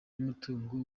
y’umutungo